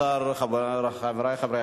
ההצעה להעביר את הצעת חוק מימון מפלגות (תיקון מס' 31)